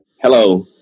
Hello